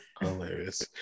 Hilarious